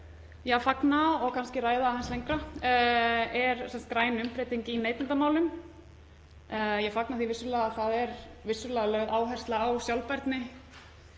fagna og kannski ræða aðeins lengra er græn umbreyting í neytendamálum. Ég fagna því vissulega að það er lögð áhersla á sjálfbærni